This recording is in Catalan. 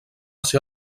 ser